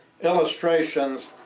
illustrations